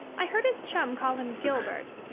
i heard his chum call him gilbert.